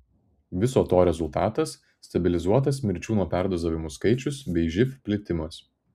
viso to rezultatas stabilizuotas mirčių nuo perdozavimų skaičius bei živ plitimas